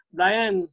Brian